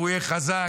הוא יהיה חזק,